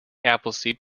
appleseed